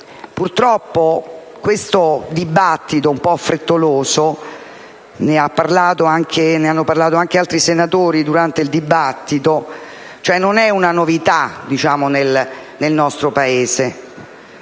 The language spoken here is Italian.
purtroppo, questo dibattito un po' frettoloso - ne hanno parlato anche altri senatori - non è una novità nel nostro Paese.